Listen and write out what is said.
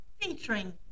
featuring